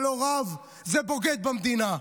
זה לא רב, זה בוגד במדינה,